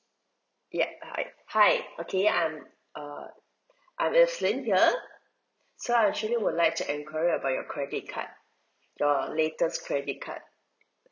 ya hi hi okay I'm uh I'm evelyn here so I actually would like to enquire about your credit card your latest credit card